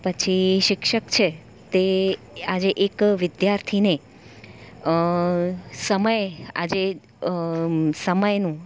પછી શિક્ષક છે તે આજે એક વિદ્યાર્થીને સમય આજે સમયનું